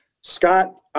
Scott